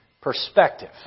Perspective